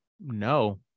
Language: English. No